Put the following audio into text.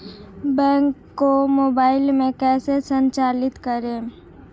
Bank को mobile में कैसे संचालित करें?